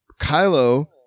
Kylo